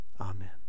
amen